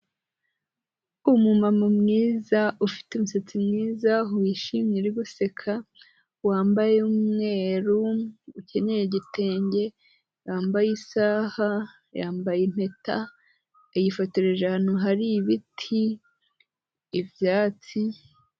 Umumama mwiza ufite umusatsi mwiza wishimye guseka, wambaye umweru ukenyeye igitenge, yambaye isaha, yambaye impeta, yifotoje ahantu hari ibiti, ibyatsi.